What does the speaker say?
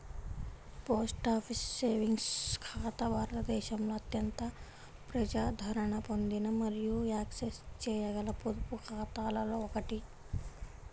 post office savings ఖాతా భారతదేశంలో అత్యంత ప్రజాదరణ పొందిన మరియు యాక్సెస్ చేయగల పొదుపు ఖాతాలలో ఒకటి